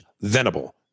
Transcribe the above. Venable